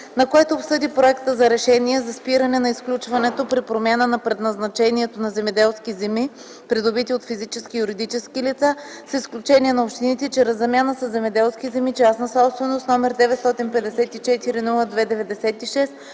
на което обсъди проекта за Решение за спиране на изключването при промяна на предназначението на земеделски земи, придобити от физически и юридически лица, с изключение на общините, чрез замяна със земеделски земи – частна собственост, № 954-02-96,